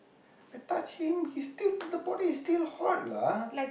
I touch him he's still the body is still hot lah